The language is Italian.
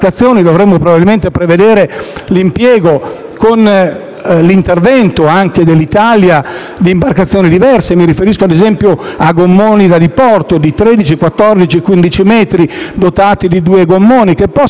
dovremmo probabilmente prevedere l'impiego, con l'intervento anche dell'Italia, di imbarcazioni diverse. Mi riferisco, ad esempio, a gommoni da diporto di 13, 14 o 15 metri, dotati di due motori, che possano